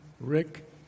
Rick